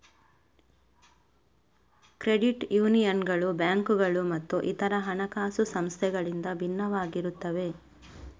credit ಯೂನಿಯನ್ಗಳು ಬ್ಯಾಂಕುಗಳು ಮತ್ತು ಇತರ ಹಣಕಾಸು ಸಂಸ್ಥೆಗಳಿಂದ ಭಿನ್ನವಾಗಿರುತ್ತವೆ